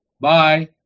Bye